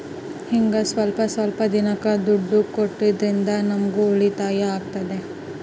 ಹಿಂಗ ಸ್ವಲ್ಪ ಸ್ವಲ್ಪ ದಿನಕ್ಕ ದುಡ್ಡು ಕಟ್ಟೋದ್ರಿಂದ ನಮ್ಗೂ ಉಳಿತಾಯ ಆಗ್ತದೆ